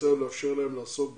לישראל ולאפשר להם לעסוק בתחום.